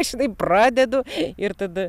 žinai pradedu ir tada